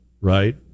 right